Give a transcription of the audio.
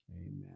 Amen